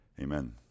Amen